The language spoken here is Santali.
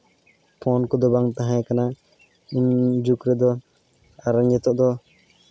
ᱯᱷᱳᱱ ᱠᱚᱫᱚ ᱵᱟᱝ ᱛᱟᱦᱮᱸ ᱠᱟᱱᱟ ᱩᱱ ᱡᱩᱜᱽ ᱨᱮᱫᱚ ᱟᱨᱚ ᱱᱤᱛᱚᱜ ᱫᱚ